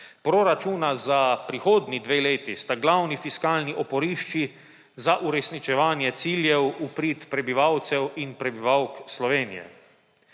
Proračuna za prihodnji dve leti sta glavni fiskalni oporišči za uresničevanje ciljev v prid prebivalcem in prebivalkam Slovenije.